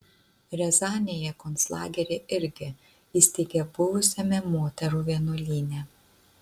riazanėje konclagerį irgi įsteigė buvusiame moterų vienuolyne